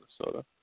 Minnesota